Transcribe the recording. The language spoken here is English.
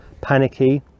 panicky